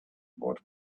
what